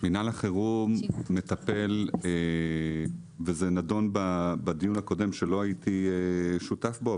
מנהל החירום מטפל וזה נדון בדיון הקודם שלא הייתי שותף בו,